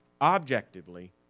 objectively